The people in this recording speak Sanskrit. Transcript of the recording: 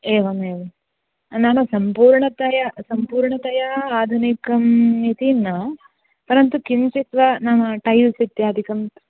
एवमेवं नाम सम्पूर्णतया सम्पूर्णतया आधुनिकम् इति न परन्तु किञ्चित् वा नाम टैल्स् इत्यादिकम्